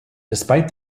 despite